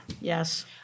Yes